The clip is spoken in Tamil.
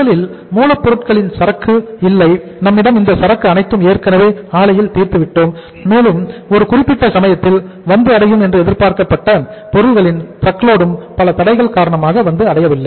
முதலில் மூலப்பொருட்களின் சரக்கு இல்லை நம்மிடம் இருந்த சரக்கு அனைத்தும் ஏற்கனவே ஆலையில் தீர்த்துவிட்டோம் மேலும் ஒரு குறிப்பிட்ட சமயத்தில் வந்து அடையும் என்று எதிர்பார்க்கப்பட்ட பொருட்களின் டிராக்லோடு பல தடைகள் காரணமாக வந்தடையவில்லை